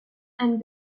and